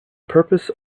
purpose